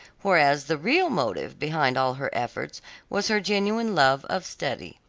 whereas the real motive behind all her efforts was her genuine love of study.